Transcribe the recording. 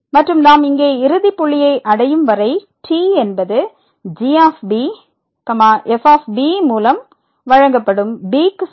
மற்றும் நாம் இங்கே இறுதி புள்ளியை அடையும் வரை t என்பது g f மூலம் வழங்கப்படும் b க்கு சமம்